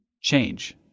change